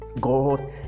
God